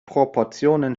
proportionen